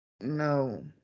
No